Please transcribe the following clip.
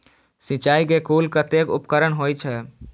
सिंचाई के कुल कतेक उपकरण होई छै?